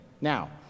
Now